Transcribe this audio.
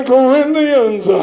Corinthians